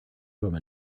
woman